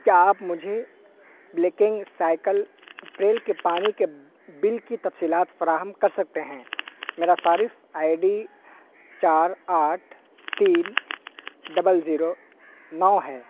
کیا آپ مجھے بلیکنگ سائیکل اپریل کے پانی کے بل کی تفصیلات فراہم کر سکتے ہیں میرا صارف آئی ڈی چار آٹھ تین ڈبل زیرو نو ہے